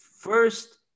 First